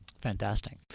Fantastic